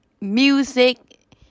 music